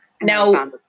Now